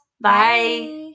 Bye